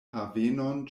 havenon